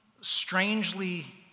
strangely